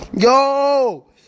Yo